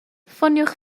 ffoniwch